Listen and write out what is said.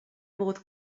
modd